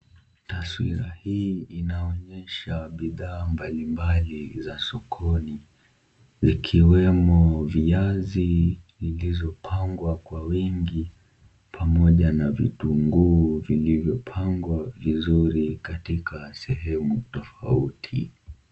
Taswira hii inaonyesha bidhaa mbalimbali za sokoni, vikiwemo viazi zilizopangwa kwa wingi pamoja na vitunguu vilivyopangwa vizuri katika sehemu tofauti.